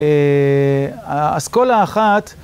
אסכולה אחת